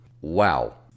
Wow